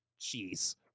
Jeez